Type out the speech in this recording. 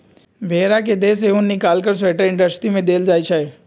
भेड़ा के देह से उन् निकाल कऽ स्वेटर इंडस्ट्री में देल जाइ छइ